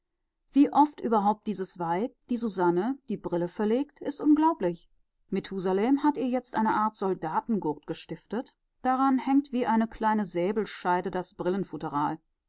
wie oft überhaupt dieses weib die susanne die brille verlegt ist unglaublich methusalem hat ihr jetzt eine art soldatengurt gestiftet daran hängt wie eine kleine säbelscheide das